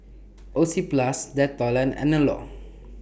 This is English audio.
Oxyplus Dettol and Anello